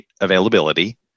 availability